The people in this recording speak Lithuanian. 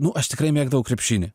nu aš tikrai mėgdavau krepšinį